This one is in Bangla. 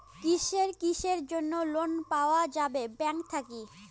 কিসের কিসের জন্যে লোন পাওয়া যাবে ব্যাংক থাকি?